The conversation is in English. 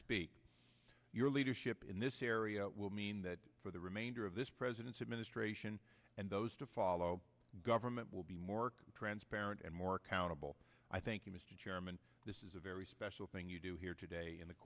speak your leadership in this area will mean that for the remainder of this president's administration and those to follow government will be more can transfer and more accountable i thank you mr chairman this is a very special thing you do here today in the